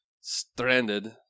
stranded